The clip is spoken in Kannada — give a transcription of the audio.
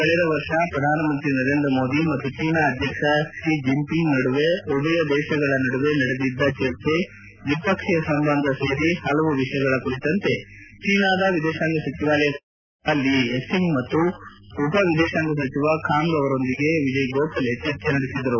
ಕಳೆದ ವರ್ಷ ಪ್ರಧಾನ ಮಂತ್ರಿ ನರೇಂದ್ರ ಮೋದಿ ಮತ್ತು ಚೀನಾ ಅಧ್ಯಕ್ಷ ಕ್ಷಿ ಜಿನ್ ಪಿಂಗ್ ನಡುವೆ ಉಭಯ ದೇಶಗಳ ನಡುವೆ ನಡೆದಿದ್ದ ಚರ್ಚೆ ದ್ವಿ ಪಕ್ಷೀಯ ಸಂಬಂಧ ಸೇರಿ ಹಲವು ವಿಷಯಗಳ ಕುರಿತಂತೆ ಚೀನಾದ ವಿದೇಶಾಂಗ ಸಚಿವಾಲಯದ ಉಪ ಕಾರ್ಯನಿರ್ವಾಹಕ ಲೀ ಯುಚಿಂಗ್ ಮತ್ತು ಉಪ ವಿದೇಶಾಂಗ ಸಚಿವ ಕಾಂಗ್ ಕ್ಸುವಾನ್ಲೂ ಅವರೊಂದಿಗೆ ವಿಜಯ್ ಗೋಖಲೆ ಚರ್ಚೆ ನಡೆಸಿದರು